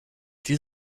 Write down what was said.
die